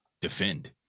defend